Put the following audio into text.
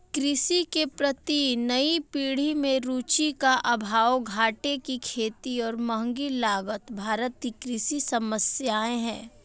कृषि के प्रति नई पीढ़ी में रुचि का अभाव, घाटे की खेती और महँगी लागत भारत की कृषि समस्याए हैं